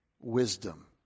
wisdom